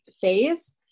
phase